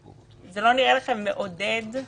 אנחנו עם אותו כיוון על אותם דברים נמצאים